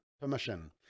permission